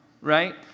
right